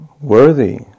worthy